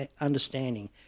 understanding